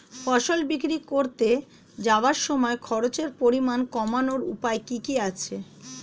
ফসল বিক্রি করতে যাওয়ার সময় খরচের পরিমাণ কমানোর উপায় কি কি আছে?